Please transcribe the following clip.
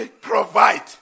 provide